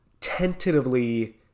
tentatively